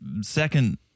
second